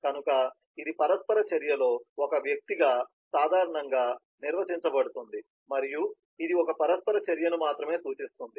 కనుక ఇది పరస్పర చర్యలో ఒక వ్యక్తిగా సాధారణంగా నిర్వచించబడుతుంది మరియు ఇది ఒక పరస్పర చర్యను మాత్రమే సూచిస్తుంది